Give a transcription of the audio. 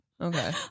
Okay